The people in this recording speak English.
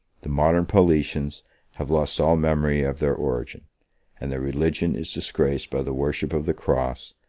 the modern paulicians have lost all memory of their origin and their religion is disgraced by the worship of the cross,